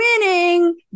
winning